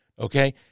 okay